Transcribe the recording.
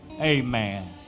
Amen